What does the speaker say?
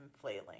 flailing